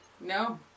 No